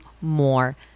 more